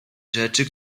rzeczy